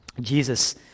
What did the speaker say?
Jesus